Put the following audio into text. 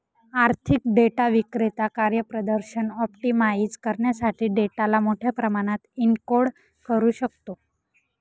आर्थिक डेटा विक्रेता कार्यप्रदर्शन ऑप्टिमाइझ करण्यासाठी डेटाला मोठ्या प्रमाणात एन्कोड करू शकतो